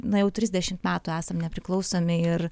na jau trisdešimt metų esam nepriklausomi ir